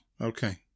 Okay